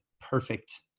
perfect